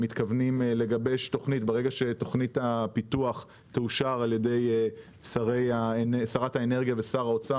ברגע שתוכנית הפיתוח תאושר על ידי שרת האנרגיה ושר האוצר,